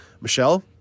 Michelle